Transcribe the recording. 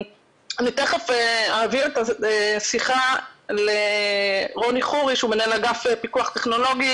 אני תכף אעביר את השיחה לרוני חורי שהוא מנהל אגף פיקוח טכנולוגי